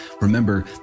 remember